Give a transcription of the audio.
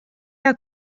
gael